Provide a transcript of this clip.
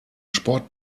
sport